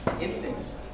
Instincts